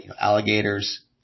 alligators